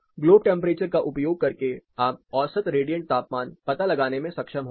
globe temperature का उपयोग करके आप ओसत रेडिएंट तापमान पता लगाने में सक्षम होंगे